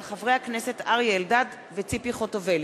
הצעתם של חברי הכנסת אריה אלדד וציפי חוטובלי.